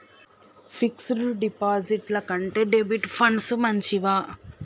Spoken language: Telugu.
ఫిక్స్ డ్ డిపాజిట్ల కంటే డెబిట్ ఫండ్స్ మంచివా?